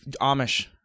Amish